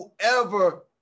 whoever